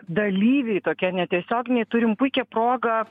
dalyviai tokie netiesioginiai turim puikią progą